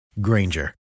Granger